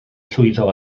llwyddo